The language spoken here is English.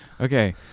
okay